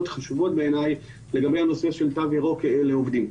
חשובות בעיניי לגבי הנושא של תו ירוק לעובדים.